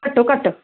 ਘੱਟੋ ਘੱਟ